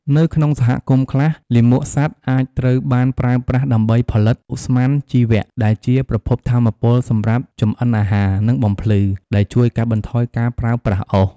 នៅក្នុងសហគមន៍ខ្លះ លាមកសត្វអាចត្រូវបានប្រើប្រាស់ដើម្បីផលិត ឧស្ម័នជីវៈ ដែលជាប្រភពថាមពលសម្រាប់ចម្អិនអាហារ និងបំភ្លឺ ដែលជួយកាត់បន្ថយការប្រើប្រាស់អុស។